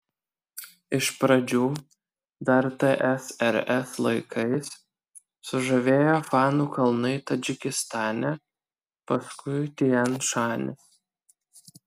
iš pradžių dar tsrs laikais sužavėjo fanų kalnai tadžikistane paskui tian šanis